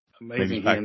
Amazing